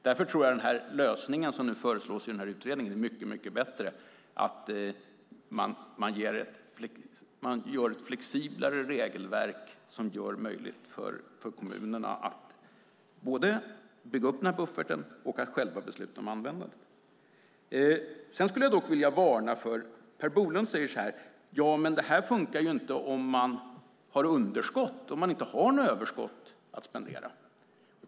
Därför är lösningen som föreslås i utredningen bättre, det vill säga ett flexiblare regelverk som gör det möjligt för kommunerna att bygga upp bufferten och att själva besluta om användandet. Jag vill dock ge en varning. Per Bolund säger att det här inte fungerar vid underskott om det inte finns något överskott att spendera.